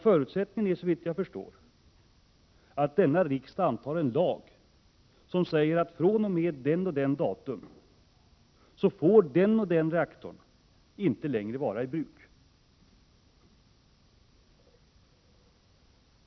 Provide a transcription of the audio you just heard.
Förutsättningen är att denna riksdag antar en lag som säger att efter ett visst datum får vissa utpekade reaktorer inte längre vara i bruk.